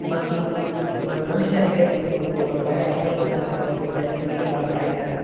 bus ಮನುಷ್ಯನಿಗೆ ಒಂದು ಕಡೆ ಅಡ್ಡಾಡಬೇಕಂದ್ರೆ ಬಸ್ಸು ಟೈಮಿಂಗ್ಸಿಗೆ ಭಾಳ ಕಾಯ್ತಾರೆ